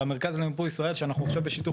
למרכז למיפוי ישראל שאנחנו עכשיו בשיתוף